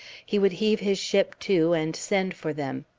he would heave his ship to and send for them.